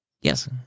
Yes